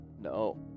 no